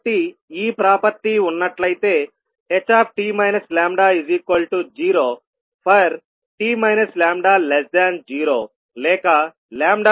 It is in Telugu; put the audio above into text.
కాబట్టి ఈ ప్రాపర్టీ ఉన్నట్లయితేht λ0ఫర్ t λ0లేక λt